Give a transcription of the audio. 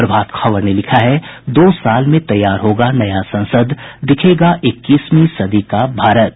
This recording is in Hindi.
प्रभात खबर ने लिखा है दो साल में तैयार होगा नया संसद भवन दिखेगा इक्कीसवीं सदी का भारत